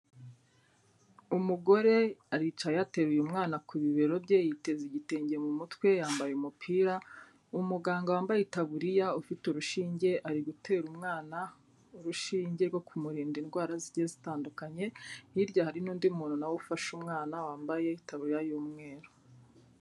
Umugore aricaye ateruye umwana ku bibero bye, yiteze igitenge mu mutwe, yambaye umupira, umuganga wambaye itaburiya, ufite urushinge ari gutera umwana urushinge rwo kumurinda indwara zigiye zitandukanye, hirya hari n'undi muntu na we ufashe umwana wambaye itaburiya y'umweru.